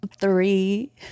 three